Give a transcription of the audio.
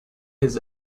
his